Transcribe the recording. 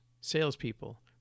salespeople